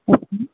yes ma'am